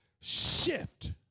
shift